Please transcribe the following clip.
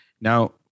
now